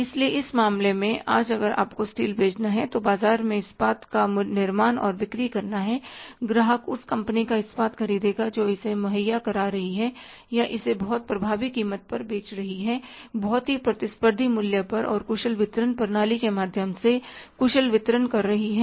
इसलिए इस मामले में आज अगर आपको स्टील बेचना है तो बाजार में इस्पात का निर्माण और बिक्री करना है ग्राहक उस कंपनी का इस्पात खरीदेगा जो इसे मुहैया करा रही है या इसे बहुत प्रभावी कीमत पर बेच रही है बहुत ही प्रतिस्पर्धी मूल्य पर और कुशल वितरण प्रणाली के माध्यम से कुशल वितरण कर रही हैं